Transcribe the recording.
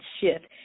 shift